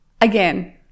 again